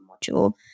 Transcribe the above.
module